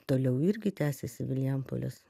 toliau irgi tęsiasi vilijampolės